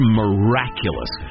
miraculous